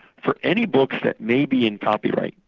for any books that may be in copyright,